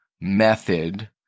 Method